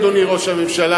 אדוני ראש הממשלה,